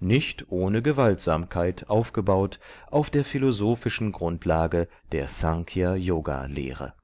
nicht ohne gewaltsamkeit aufgebaut auf der philosophischen grundlage der snkhya yoga lehre